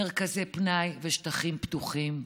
מרכזי פנאי ושטחים פתוחים.